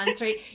right